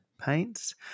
paints